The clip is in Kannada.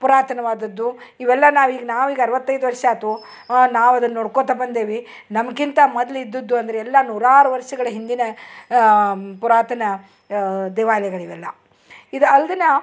ಪುರಾತನವಾದದ್ದು ಇವೆಲ್ಲ ನಾವೀಗ ನಾವೀಗ ಅರ್ವತ್ತೈದು ವರ್ಷ ಆತು ನಾವು ಅದನ್ನ ನೋಡ್ಕೋತ ಬಂದೇವಿ ನಮ್ಕಿಂತ ಮೊದ್ಲಿದ್ದುದ್ದು ಅಂದರೆ ಎಲ್ಲ ನೂರಾರು ವರ್ಷಗಳ ಹಿಂದಿನ ಪುರಾತನ ದೇವಾಲಯಗಳು ಇವೆಲ್ಲ ಇದು ಅಲ್ದೆನಾ